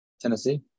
Tennessee